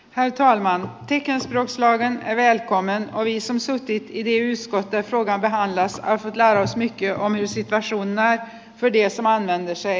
häitä valinnan tekee nainen ei veikkonen oli isänsä otti yhteen scott ei suinkaan vähällä sillä se on myös itäsuunnan bedie samaan männyssä ei